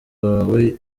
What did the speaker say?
wawe